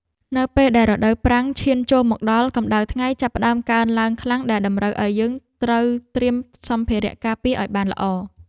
នៅពេលដែលរដូវប្រាំងឈានចូលមកដល់កម្តៅថ្ងៃចាប់ផ្តើមកើនឡើងខ្លាំងដែលតម្រូវឱ្យយើងត្រូវត្រៀមសម្ភារៈការពារឱ្យបានល្អ។